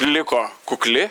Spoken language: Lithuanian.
liko kukli